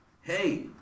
hey